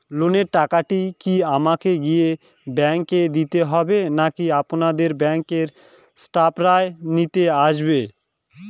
লোনের টাকাটি কি আমাকে গিয়ে ব্যাংক এ দিতে হবে নাকি আপনাদের ব্যাংক এর স্টাফরা নিতে আসে?